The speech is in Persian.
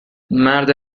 مرد